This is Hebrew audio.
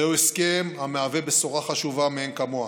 זהו הסכם המהווה בשורה חשובה מאין כמוה.